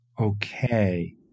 okay